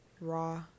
raw